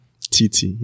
Tt